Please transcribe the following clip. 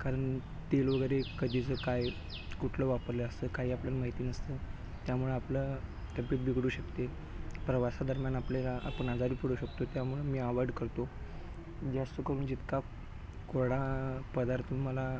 कारण तेल वगैरे कधीचं काय कुठलं वापरले असतं काही आपल्याला माहिती नसतं त्यामुळे आपलं तब्येत बिघडू शकते प्रवासादरम्यान आपल्याला आपण आजारी पडू शकतो त्यामुळं मी आवॉईड करतो जास्त करून जितका कोरडा पदार्थ मला